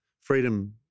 freedom